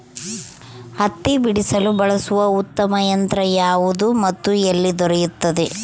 ಹತ್ತಿ ಬಿಡಿಸಲು ಬಳಸುವ ಉತ್ತಮ ಯಂತ್ರ ಯಾವುದು ಮತ್ತು ಎಲ್ಲಿ ದೊರೆಯುತ್ತದೆ?